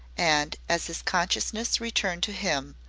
and as his consciousness returned to him,